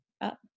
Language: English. up